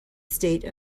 state